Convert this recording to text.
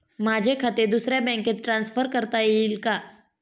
माझे खाते दुसऱ्या बँकेत ट्रान्सफर करता येईल का?